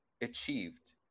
achieved